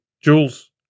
Jules